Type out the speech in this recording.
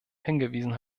hingewiesen